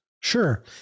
sure